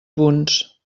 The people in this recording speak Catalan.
punts